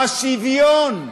בשוויון.